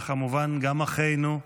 וכמובן גם אחינו,